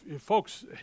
folks